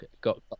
got